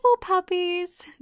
puppies